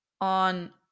on